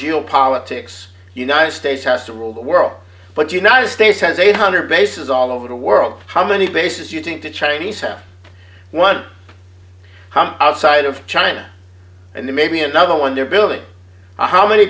geopolitics united states has to rule the world but united states has eight hundred bases all over the world how many bases you think the chinese have one outside of china and maybe another one they're building how many